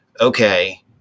okay